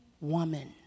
woman